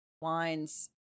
wines